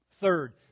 Third